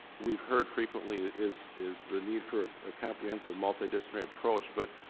we've heard frequently is is the need for a comprehensive, multidisciplinary approach. but